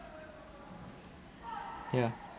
ya